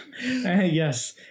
Yes